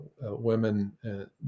women